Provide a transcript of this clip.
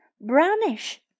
brownish